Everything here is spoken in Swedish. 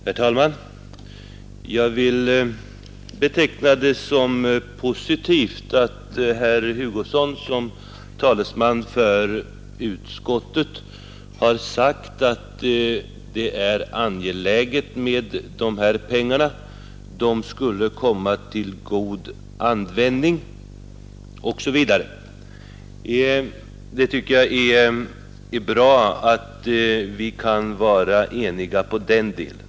Herr talman! Jag vill beteckna det som positivt att herr Hugosson som talesman för utskottet har sagt att det är angeläget med de här pengarna, de skulle komma till god användning osv. Det är bra att vi kan vara eniga på den punkten.